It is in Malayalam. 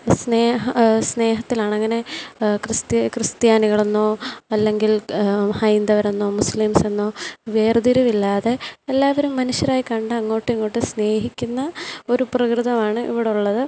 സ്നേഹ സ്നേഹത്തിലാണങ്ങനെ ക്രിസ്ത്യാ ക്രിസ്ത്യാനികളെന്നോ അല്ലെങ്കിൽ ഹൈന്ദവരെന്നോ മുസ്ലിംസെന്നോ വേർതിരിവില്ലാതെ എല്ലാവരും മനുഷ്യരായി കണ്ട് അങ്ങോട്ടും ഇങ്ങോട്ടും സ്നേഹിക്കുന്ന ഒരു പ്രകൃതമാണ് ഇവിടെയുള്ളത്